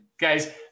guys